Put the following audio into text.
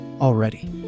already